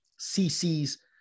cc's